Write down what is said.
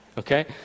Okay